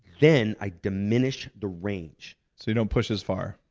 then, i diminish the range. so you don't push as far?